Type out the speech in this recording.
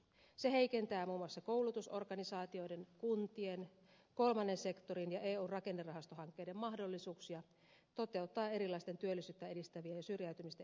se heikentää muun muassa koulutusorganisaatioiden kuntien kolmannen sektorin ja eun rakennerahastohankkeiden mahdollisuuksia toteuttaa erilaisia työllisyyttä edistäviä ja syrjäytymistä ehkäiseviä toimenpiteitä